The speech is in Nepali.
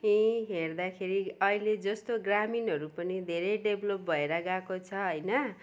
यहीँ हेर्दाखेरि अहिले जस्तो ग्रामिणहरू पनि धेरै डेभलोप भएर गएको छ होइन